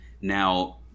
Now